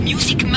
Music